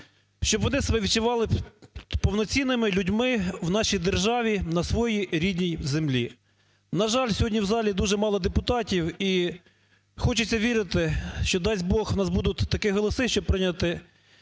щоб вони себе відчували повноцінними людьми в нашій державі, на своїй рідній землі. На жаль, сьогодні в залі дуже мало депутатів. І хочеться вірити, що дасть Бог, у нас будуть такі голоси, щоб прийняти,